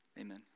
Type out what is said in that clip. Amen